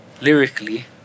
lyrically